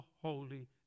Holy